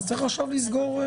אז צריך עכשיו לסגור.